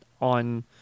on